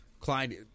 Clyde